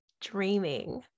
dreaming